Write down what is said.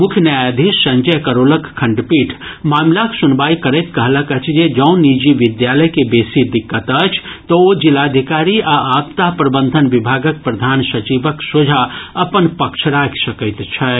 मुख्य न्यायाधीश संजय करोलक खंडपीठ मामिलाक सुनवाई करैत कहलक अछि जे जौं निजी विद्यालय के बेसी दिक्कत अछि तऽ ओ जिलाधिकारी आ आपदा प्रबंधन विभागक प्रधान सचिवक सोझा अपन पक्ष राखि सकैत छथि